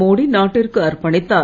மோடி நாட்டிற்கு அர்ப்பணித்தார்